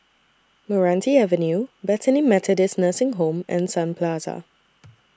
Meranti Avenue Bethany Methodist Nursing Home and Sun Plaza